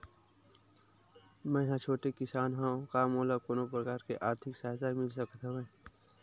मै ह छोटे किसान हंव का मोला कोनो प्रकार के आर्थिक सहायता मिल सकत हवय?